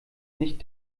nicht